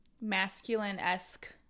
masculine-esque